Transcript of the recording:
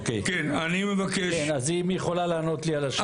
אז אם היא יכולה לענות לי על השאלה.